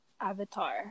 Avatar